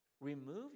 remove